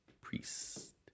Priest